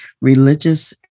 Religious